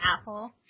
Apple